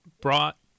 brought